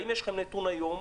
האם יש לכם נתון היום?